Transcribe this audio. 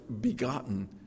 begotten